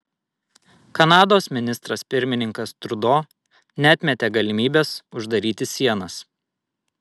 kanados ministras pirmininkas trudo neatmetė galimybės uždaryti sienas